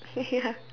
ya